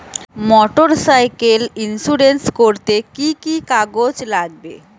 Motorcycle insurance করতে কি কি কাগজ লাগবে?